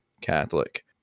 catholic